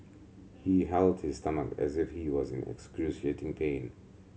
he held his stomach as if he was in excruciating pain